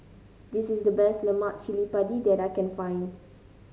this is the best Lemak Cili Padi that I can find